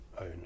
own